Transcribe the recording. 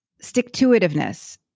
stick-to-itiveness